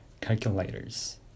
calculators